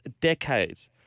decades